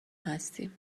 هستیم